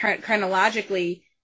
chronologically